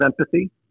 empathy